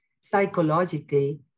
psychologically